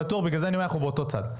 ובגלל זה אני אומר שאנחנו באותו צד.